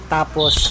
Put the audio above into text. Tapos